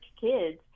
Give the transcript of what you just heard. kids